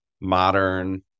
modern